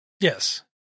Yes